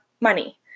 money